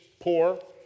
poor